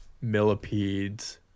millipedes